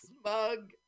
smug